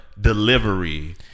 delivery